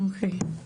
אוקיי.